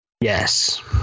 Yes